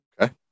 Okay